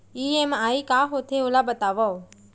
EMI का होथे, ओला बतावव